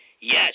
yes